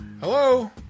Hello